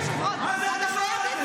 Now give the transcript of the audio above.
צריך להסיר לו את החסינות,